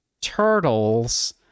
turtles